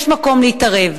יש מקום להתערב.